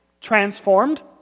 transformed